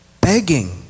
begging